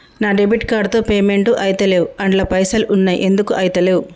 నా debit card తో payment ఐతలేవ్ అండ్ల పైసల్ ఉన్నయి ఎందుకు ఐతలేవ్?